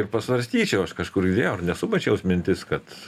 ir pasvarstyčiau aš kažkur vėl nes subačiaus mintis kad